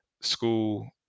school